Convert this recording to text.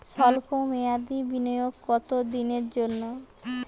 সল্প মেয়াদি বিনিয়োগ কত দিনের জন্য?